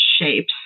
shapes